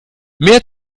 mehr